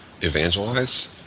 evangelize